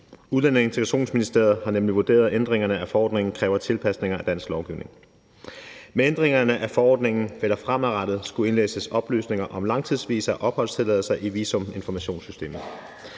Udlændinge- og Integrationsministeriet har nemlig vurderet, at ændringerne af forordningen kræver tilpasninger af dansk lovgivning. Med ændringerne af forordningen vil der fremadrettet skulle indlæses oplysninger om langtidsvisa og opholdstilladelser i visuminformationssystemet.